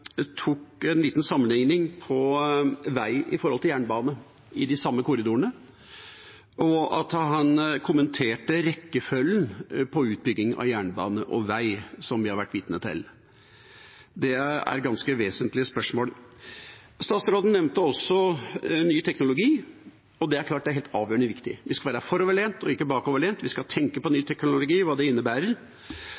en liten sammenligning med tanke på vei i forhold til jernbane i de samme korridorene, og at han kommenterte rekkefølgen på utbyggingen av jernbane og vei som vi har vært vitne til. Det er ganske vesentlige spørsmål. Statsråden nevnte også ny teknologi, og det er helt klart avgjørende viktig. Vi skal være foroverlent og ikke bakoverlent, vi skal tenke på ny